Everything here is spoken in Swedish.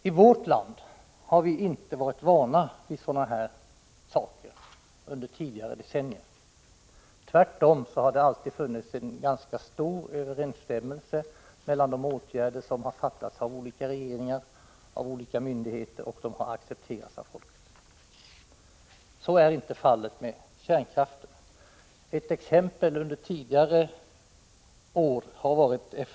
I vårt land har vi under tidigare decennier inte varit vana vid sådana här saker. Tvärtom har det alltid funnits en ganska stor överensstämmelse mellan de beslut om åtgärder som har fattats av olika regeringar och dem som fattas av olika myndigheter. De har accepterats av folket. Så är inte fallet med de beslut som rör kärnkraften. Vi har dock exempel också från tidigare år på frågor som mött protester.